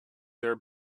their